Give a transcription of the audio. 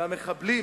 והמחבלים,